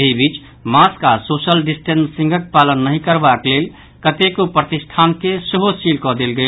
एहि बीच मास्क आ सोशल डिस्टेंसिंगक पालन नहि करबाक लेल कतेको प्रतिष्ठान के सेहो सील कऽ देल गेल